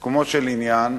בסיכומו של עניין,